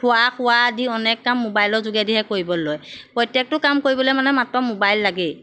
খোৱা শুৱা আদি অনেক কাম মোবাইলৰ যোগেদিহে কৰিব লয় প্ৰত্যেকটো কাম কৰিবলৈ মানে মাত্ৰ মোবাইল লাগেই